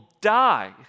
die